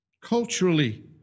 Culturally